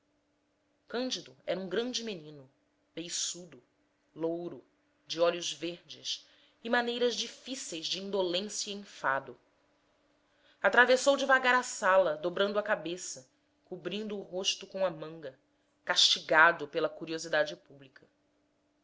cândido era um grande menino beiçudo louro de olhos verdes e maneiras difíceis de indolência e enfado atravessou devagar a sala dobrando a cabeça cobrindo o rosto com a manga castigado pela curiosidade pública